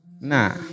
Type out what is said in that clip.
Nah